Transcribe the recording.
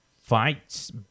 fights